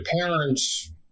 parents